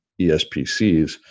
ESPCs